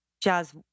Jazz